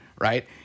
right